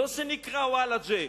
לא שנקרא וולג'ה,